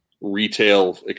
retail